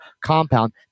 compound